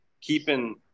keeping